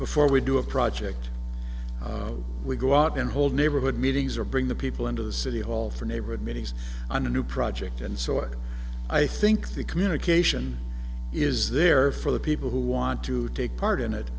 before we do a project we go out in whole neighborhood meetings or bring the people into the city hall for neighborhood meetings on a new project and so i think the communication is there for the people who want to take part in it